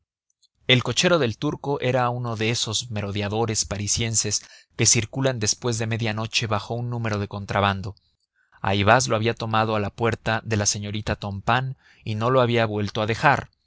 el cochero del turco era uno de esos merodeadores parisienses que circulan después de media noche bajo un número de contrabando ayvaz lo había tomado a la puerta de la señorita tompain y no lo había vuelto a dejar